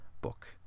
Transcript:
book